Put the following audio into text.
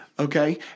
Okay